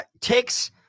takes